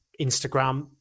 Instagram